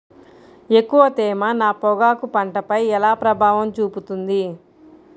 ఎక్కువ తేమ నా పొగాకు పంటపై ఎలా ప్రభావం చూపుతుంది?